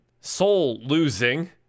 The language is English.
soul-losing